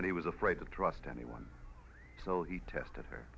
and he was afraid to trust anyone so he tested her